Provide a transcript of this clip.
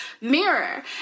mirror